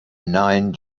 nine